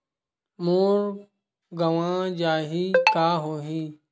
मोर गंवा जाहि का होही?